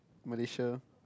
Malaysia